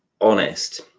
honest